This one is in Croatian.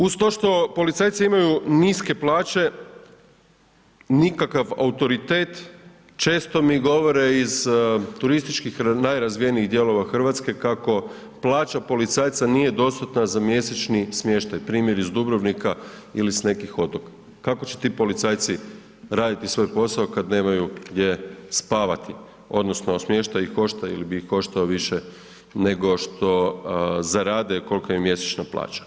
Uz to što policajci imaju niske plaće, nikakav autoritet, često mi govore iz turističkih najrazvijenijih dijelova RH kako plaća policajca nije dostatna za mjesečni smještaj, primjer iz Dubrovnika ili s nekih otoka, kako će ti policajci raditi svoj posao kad nemaju gdje spavati odnosno smještaj ih košta ili bi ih koštao više nego što zarade kolika je mjesečna plaća.